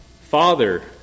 Father